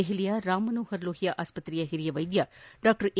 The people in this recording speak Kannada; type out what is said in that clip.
ದೆಹಲಿಯ ರಾಮ್ ಮನೋಹರ ಲೋಹಿಯಾ ಆಸ್ಪತ್ರೆಯ ಹಿರಿಯ ವೈದ್ಯ ಡಾ ಎ